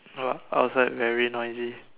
uh outside very noisy